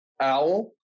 owl